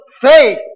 faith